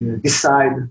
decide